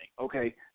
Okay